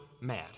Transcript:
mad